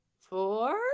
Four